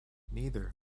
neither